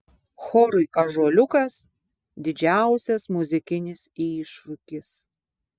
chorui ąžuoliukas didžiausias muzikinis iššūkis